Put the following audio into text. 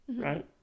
right